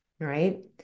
right